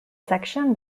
section